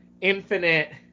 infinite